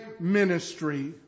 ministry